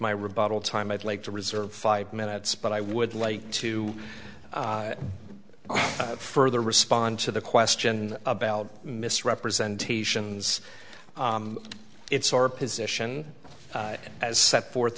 my rebuttal time i'd like to reserve five minutes but i would like to further respond to the question about misrepresentations it's our position as set forth